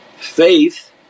faith